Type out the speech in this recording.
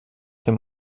dem